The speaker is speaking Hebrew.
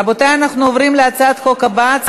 בעד, 31, 45 מתנגדים, אין נמנעים.